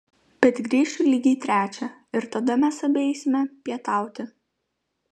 bet grįšiu lygiai trečią ir tada mes abi eisime pietauti